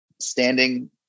standing